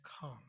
come